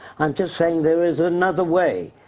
i'm just saying there is another way.